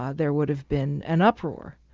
ah there would have been an uproar.